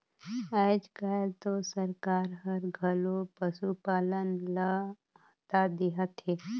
आयज कायल तो सरकार हर घलो पसुपालन ल महत्ता देहत हे